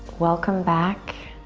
welcome back.